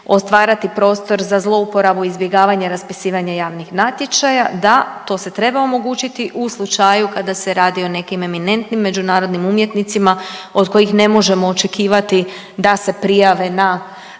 stvarati prostor za zlouporabu i izbjegavanje raspisivanja javnih natječaja, da to se treba omogućiti u slučaju kada se radi o nekim eminentnim međunarodnim umjetnicima od kojih ne možemo očekivati da se prijave na